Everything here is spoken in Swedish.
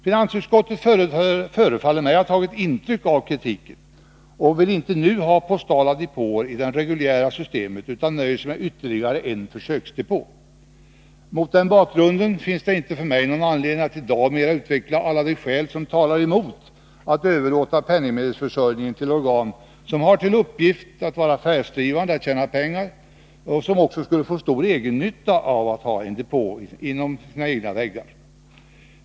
Finansutskottet förefaller mig ha tagit intryck av kritiken och vill inte nu ha postala depåer i det reguljära systemet utan nöjer sig med ytterligare en försöksdepå. Mot den bakgrunden finns det inte för mig någon anledning att i dag mera utveckla alla de skäl som talar emot att överlåta penningmedelsförsörjningen till organ som har till uppgift att vara affärsdrivande, att tjäna pengar, och som också skulle få stor egennytta av att ha en depå inom sina egna väggar.